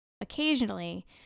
occasionally